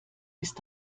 ist